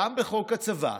גם בחוק הצבא,